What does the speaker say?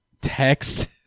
text